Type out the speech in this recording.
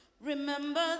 Remember